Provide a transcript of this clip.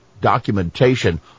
documentation